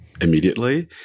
immediately